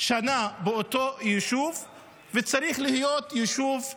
שנה באותו יישוב, וצריך להיות יישוב עירוני.